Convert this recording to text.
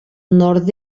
nord